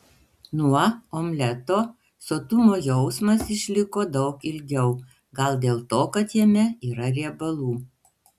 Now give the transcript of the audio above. nuo omleto sotumo jausmas išliko daug ilgiau gal dėl to kad jame yra riebalų